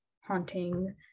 haunting